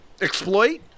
exploit